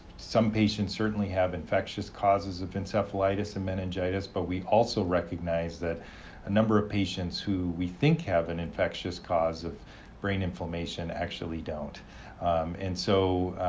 some patients certainly have infectious causes of encephalitis and meningitis, but we also recognize that a number of patients who we think have an infectious cause of brain inflammation actually don't and so,